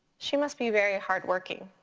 she must be very hard-working